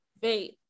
faith